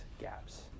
gaps